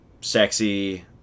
sexy